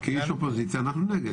כאיש אופוזיציה אנחנו נגד.